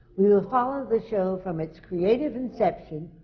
we will follow the show from its creative inception,